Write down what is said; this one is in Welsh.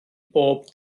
bob